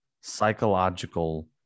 psychological